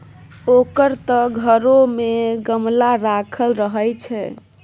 ओकर त घरो मे गमला राखल रहय छै